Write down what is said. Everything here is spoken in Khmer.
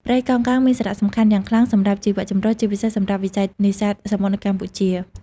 ព្រៃកោងកាងមានសារៈសំខាន់យ៉ាងខ្លាំងសម្រាប់ជីវចម្រុះ ជាពិសេសសម្រាប់វិស័យនេសាទសមុទ្រនៅកម្ពុជា។